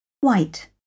white